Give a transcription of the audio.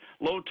low